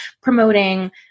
promoting